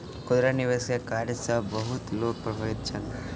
खुदरा निवेश के कार्य सॅ बहुत लोक प्रभावित छल